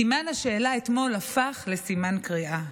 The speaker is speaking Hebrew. סימן השאלה אתמול הפך לסימן קריאה.